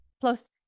Plus